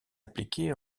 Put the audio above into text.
appliqué